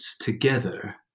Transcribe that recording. together